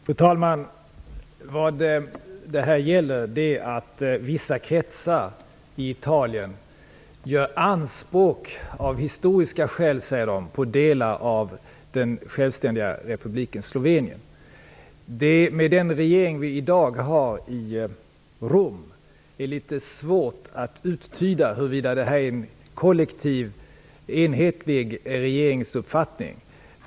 Fru talman! Vad det här gäller är att vissa kretsar i Italien - av historiska skäl, säger de - gör anspråk på delar av den självständiga republiken Slovenien. Med den regering vi i dag har i Rom är det litet svårt att uttyda huruvida detta är en kollektiv, enhetlig regeringsuppfattning.